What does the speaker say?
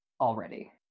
already